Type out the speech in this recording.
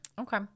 Okay